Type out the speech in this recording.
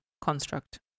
construct